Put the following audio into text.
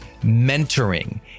Mentoring